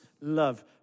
love